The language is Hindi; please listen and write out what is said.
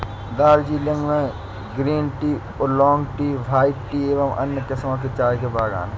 दार्जिलिंग में green tea, oolong tea, white tea एवं अन्य किस्म के चाय के बागान हैं